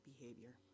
behavior